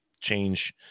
change